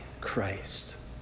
Christ